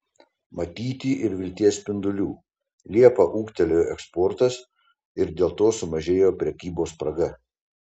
matyti ir vilties spindulių liepą ūgtelėjo eksportas ir dėl to sumažėjo prekybos spraga